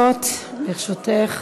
דקות לרשותך.